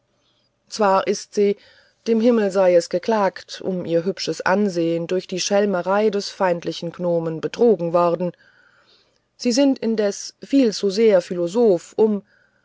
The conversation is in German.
zwar ist sie dem himmel sei es geklagt um ihr hübsches ansehn durch die schelmerei des feindseligen gnomen betrogen worden sie sind indessen viel zu sehr philosoph um